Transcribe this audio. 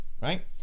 right